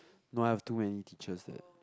no I've too many teachers that